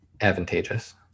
advantageous